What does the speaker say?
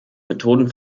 methoden